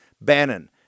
Bannon